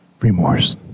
remorse